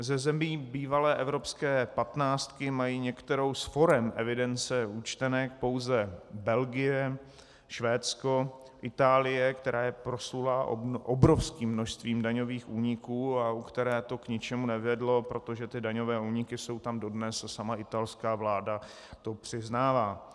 Ze zemí bývalé evropské patnáctky mají některou z forem evidence účtenek pouze Belgie, Švédsko, Itálie, která je proslulá obrovským množstvím daňových úniků a u které to k ničemu nevedlo, protože ty daňové úniky jsou tam dodnes a sama italská vláda to přiznává.